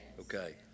Okay